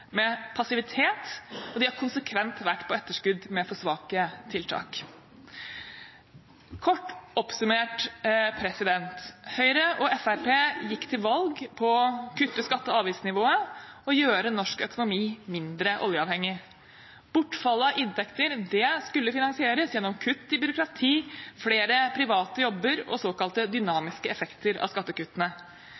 med passivitet, og de har konsekvent vært på etterskudd, med for svake tiltak. Kort oppsummert: Høyre og Fremskrittspartiet gikk til valg på å kutte skatte- og avgiftsnivået og gjøre norsk økonomi mindre oljeavhengig. Bortfallet av inntekter skulle finansieres gjennom kutt i byråkrati, flere private jobber og